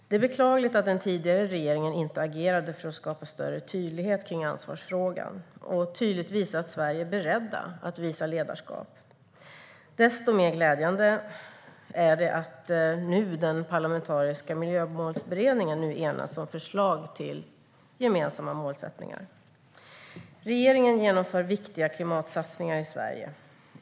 Det är beklagligt att den tidigare regeringen inte agerade för att skapa större tydlighet kring ansvarsfrågan och tydligt visa att Sverige är berett att visa ledarskap. Desto mer glädjande är det att den parlamentariska miljömålsberedningen nu har enats om förslag till gemensamma målsättningar. Regeringen genomför viktiga klimatsatsningar i Sverige.